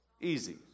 Easy